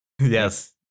Yes